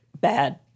bad